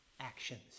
actions